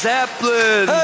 Zeppelin